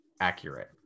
accurate